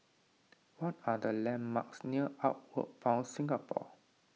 what are the landmarks near Outward Bound Singapore